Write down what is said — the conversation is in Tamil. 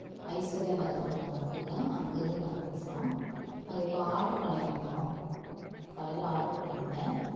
ஐஸ்வர்யா நகர்னு ஒரு நகர் இருக்குதுங்க அங்கேருந்து நாங்கள் பேசுகிறோம் நாங்கள் இப்போ ஆர்டரு பண்ணியிருந்தோம் காலையில் ஆர்டரு பண்ணியிருந்தேன்